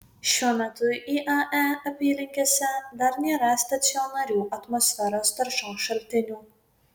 šiuo metu iae apylinkėse dar nėra stacionarių atmosferos taršos šaltinių